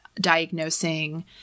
diagnosing